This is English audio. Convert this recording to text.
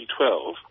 2012